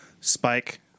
spike